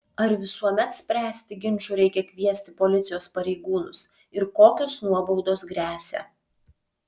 ar visuomet spręsti ginčų reikia kviesti policijos pareigūnus ir kokios nuobaudos gresia